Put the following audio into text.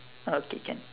okay can